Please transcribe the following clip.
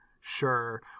sure